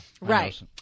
Right